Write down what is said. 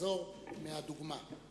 לחזור מהדוגמה.